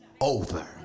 over